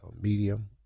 medium